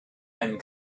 and